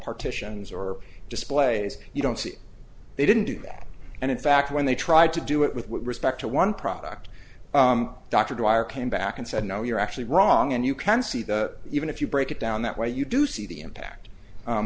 partitions or displays you don't see they didn't do that and in fact when they tried to do it with respect to one product dr dwyer came back and said no you're actually wrong and you can see the even if you break it down that way you do see the impact